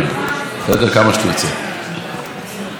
תודה.